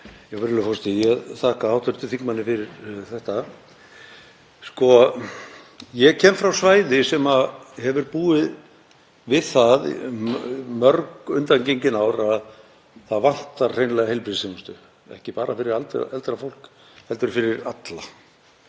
Virðulegur forseti. Ég þakka hv. þingmanni fyrir þetta. Ég kem frá svæði sem hefur búið við það í mörg undangengin ár að það vantar hreinlega heilbrigðisþjónustu, ekki bara fyrir eldra fólk heldur fyrir alla.